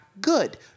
Good